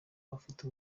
afite